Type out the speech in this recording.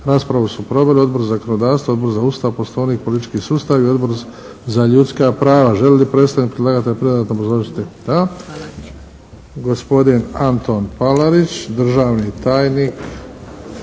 Raspravu su proveli Odbor za zakonodavstvo, Odbor za Ustav, Poslovnik, politički sustav i Odbor za ljudska prava. Želi li predstavnik predlagatelja dodatno obrazložiti? Da. Gospodin Antun Palarić, državni tajnik